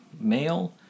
Male